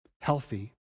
healthy